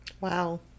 Wow